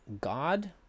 God